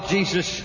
Jesus